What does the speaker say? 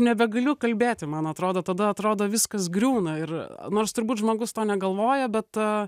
nebegaliu kalbėti man atrodo tada atrodo viskas griūna ir nors turbūt žmogus to negalvoja bet